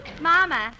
Mama